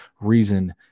reason